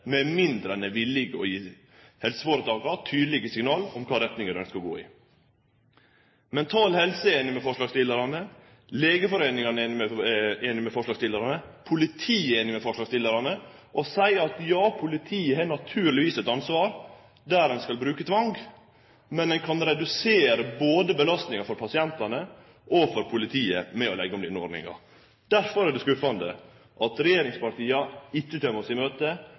med mindre ein er villig til å gi helseføretaka tydelege signal om kva retning dei skal gå i. Mental Helse er einig med forslagsstillarane, Legeforeningen er einig med forslagsstillarane, politiet er einig med forslagsstillarane og seier at ja, politiet har naturlegvis eit ansvar der ein skal bruke tvang, men ein kan redusere både belastninga for pasientane og for politiet ved å leggje om denne ordninga. Derfor er det skuffande at regjeringspartia ikkje kjem oss i møte